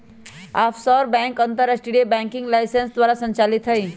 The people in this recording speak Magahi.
आफशोर बैंक अंतरराष्ट्रीय बैंकिंग लाइसेंस द्वारा संचालित हइ